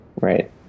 right